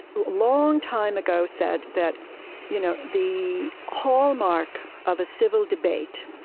long time ago said that you know the hallmark of a civil debate